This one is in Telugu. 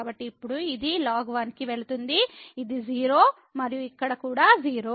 కాబట్టి ఇప్పుడు ఇది ln1 కి వెళుతుంది ఇది 0 మరియు ఇక్కడ కూడా 0